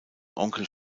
onkel